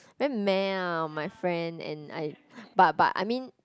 very meh ah my friend and I but but I mean